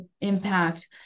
impact